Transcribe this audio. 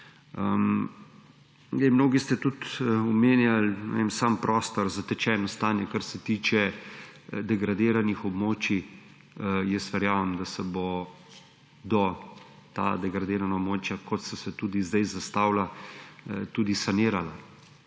Mnogi ste tudi omenjali sam prostor, zatečeno stanje, kar se tiče degradiranih območij. Verjamem, da se bodo ta degradirana območja kot so se tudi zdaj zastavila, tudi sanirala.